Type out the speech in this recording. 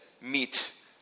meet